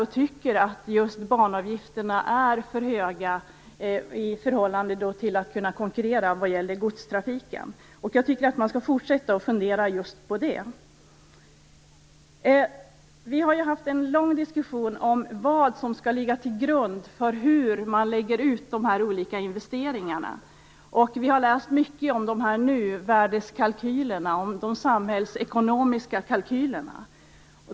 Man tycker att banavgifterna är för höga med tanke på att järnvägen skall kunna konkurrera vad gäller godstrafiken. Jag tycker att man skall fortsätta att fundera just på det. Vi har haft en lång diskussion om vad som skall ligga till grund för hur man lägger ut de olika investeringarna. Vi har läst mycket om nyvärdeskalkylerna - om de samhällsekonomiska kalkylerna.